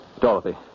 Dorothy